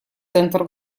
центр